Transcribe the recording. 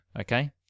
okay